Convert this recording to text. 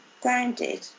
grounded